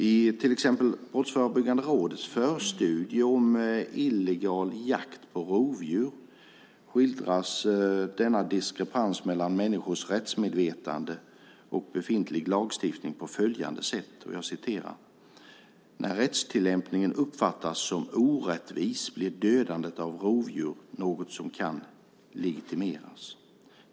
I till exempel Brottsförebyggande rådets förstudie om illegal jakt på rovdjur skildras denna diskrepans mellan människors rättsmedvetande och befintlig lagstiftning på följande sätt: "När rättstillämpningen uppfattas som orättvis blir dödandet av rovdjur något som kan legitimeras.